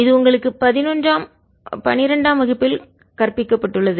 இது உங்களுக்கு பதினொன்றாம் பன்னிரண்டாம் வகுப்பில் கற்பிக்கப்பட்டுள்ளது